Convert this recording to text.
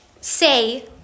say